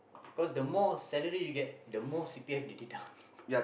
cause the more salary you get the more C_P_F they deduct